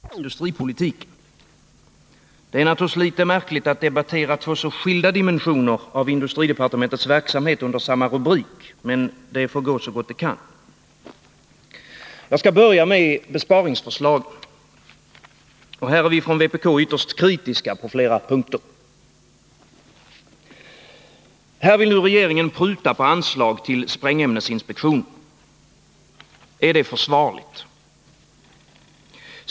Herr talman! Det här ärendet består av två helt olika delar. Dels handlar det om besparingar i budgeten, dels gäller det sidor av den allmänna industripolitiken. Det är naturligtvis litet märkligt att debattera två så skilda dimensioner av industridepartementets verksamhet under samma rubrik. Men det får gå så gott det kan. Jag skall börja med besparingsförslagen. Här är vi från vpk ytterst kritiska på flera punkter. Regeringen vill pruta på anslaget till sprängämnesinspektionen. Är det försvarligt?